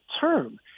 term